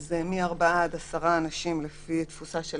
אז זה מארבעה עד עשרה אנשים לפי תפוסה של